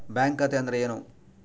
Bank ಖಾತೆ ಅಂದರೆ ಏನು?